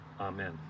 amen